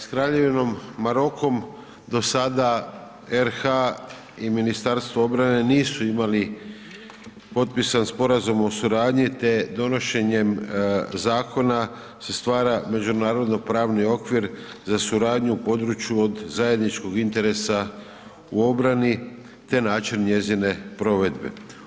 S Kraljevinom Markom, do sada RH i Ministarstvo obrane nisu imali potpisan sporazum o suradnji te donošenjem zakona se stvara međunarodno pravni okvir za suradnju u području od zajedničkog interesa u obrani te način njezine provedbe.